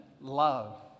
love